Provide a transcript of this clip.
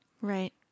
Right